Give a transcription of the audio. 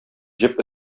җеп